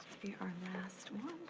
the last one,